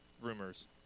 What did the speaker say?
rumors